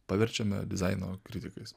paverčiame dizaino kritikais